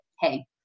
hey